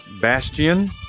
Bastion